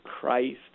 Christ